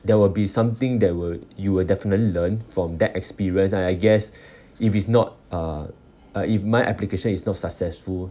there will be something that will you will definitely learn from that experience and I guess if it's not uh uh if my application is not successful